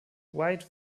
white